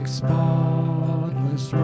spotless